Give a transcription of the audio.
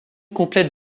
complète